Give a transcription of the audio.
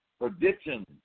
prediction